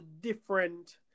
different